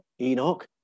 Enoch